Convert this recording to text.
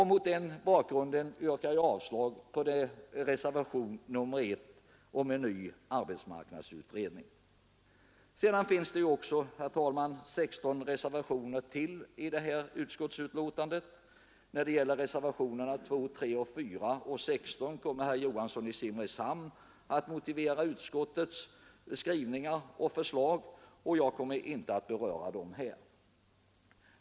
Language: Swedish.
Mot den bakgrunden yrkar jag avslag på reservationen 1 om en ny arbetsmarknadsutredning. Det finns ju, herr talman, 16 ytterligare reservationer vid detta utskottsbetänkande. När det gäller reservationerna 2, 3, 4 och 16 kommer herr Johansson i Simrishamn att motivera utskottets skrivningar och förslag. Jag kommer därför inte att beröra dem här.